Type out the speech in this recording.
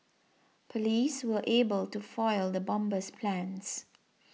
police were able to foil the bomber's plans